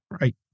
Right